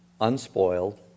unspoiled